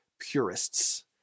purists